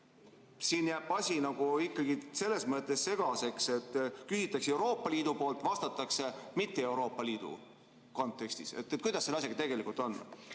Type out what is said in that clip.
siin jääb asi ikkagi selles mõttes segaseks, et küsitakse Euroopa Liidu kohta, vastatakse aga mitte Euroopa Liidu kontekstis. Kuidas selle asjaga tegelikult on?